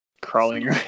crawling